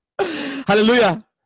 hallelujah